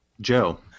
Joe